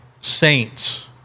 saints